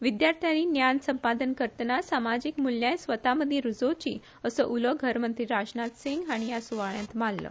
विद्यार्थ्यानी ज्ञान संपादन करतना समाजिक मूल्याय स्वतामदी रूजोवची असो उलो गृहमंत्री राजनाथ सिंग हाणी ह्या सुवाळ्यात माल्लो